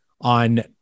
on